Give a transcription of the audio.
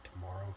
tomorrow